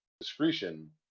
discretion